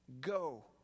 Go